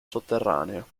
sotterraneo